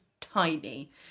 tiny